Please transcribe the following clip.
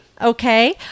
Okay